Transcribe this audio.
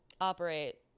operate